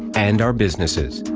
and our businesses.